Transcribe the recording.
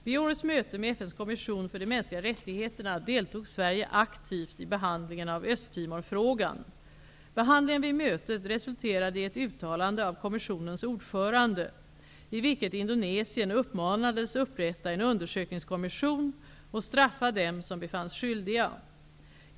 Vid årets möte med FN:s kommission för de mänskliga rättigheterna deltog Sverige aktivt i behandlingen av Östtimorfrågan. Behandlingen vid mötet resulterade i ett uttalande av kommissionens ordförande, i vilket Indonesien uppmanades upprätta en undersökningskommission och straffa dem som befanns skyldiga.